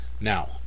Now